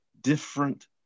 different